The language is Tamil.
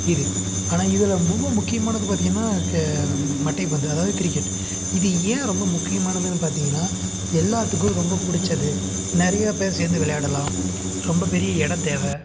இது ஆனால் இதில் ரொம்ப முக்கியமானது பார்த்திங்கன்னா க மட்டைப்பந்து அதாவது கிரிக்கெட் இது ஏன் ரொம்ப முக்கியமானதுன்னு பார்த்திங்கன்னா எல்லாத்துக்கும் ரொம்ப புடிச்சது நிறைய பேர் சேர்ந்து விளையாடலாம் ரொம்ப பெரிய இடம் தேவை